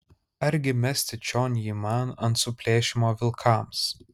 argi mesti čion jį man ant suplėšymo vilkams